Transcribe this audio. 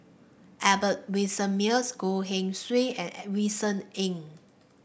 Albert Winsemius Goh Keng Swee and Vincent Ng